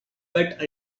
bet